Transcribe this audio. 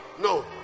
no